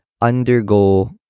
undergo